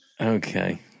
Okay